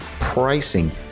pricing